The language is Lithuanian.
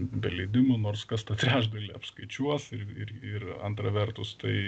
be leidimo nors kas tą trečdalį apskaičiuos ir ir antra vertus tai